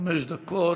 חמש דקות.